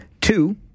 Two